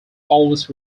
always